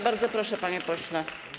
Bardzo proszę, panie pośle.